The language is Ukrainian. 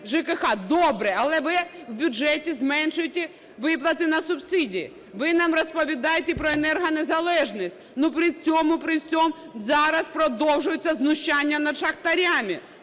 ЖКГ, добре, але ви в бюджеті зменшуєте виплати на субсидії. Ви нам розповідаєте про енергонезалежність, но при цьому при всьому зараз продовжуються знущання над шахтарями.